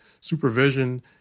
supervision